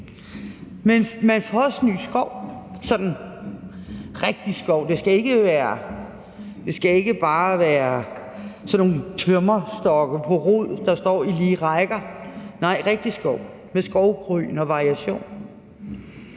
Men man får også ny skov, altså sådan rigtig skov. For det skal ikke bare være sådan nogle tømmerstokke på rod, der står i lige rækker, nej, det er rigtig skov med skovbryn og variation,